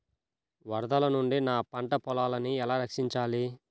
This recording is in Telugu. వరదల నుండి నా పంట పొలాలని ఎలా రక్షించాలి?